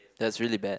that's really bad